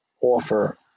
offer